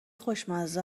خوشمزه